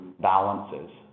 balances